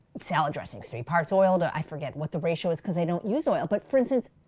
salad dressing is three parts oil and i forget what the ratio is because i don't use oil, but for instance,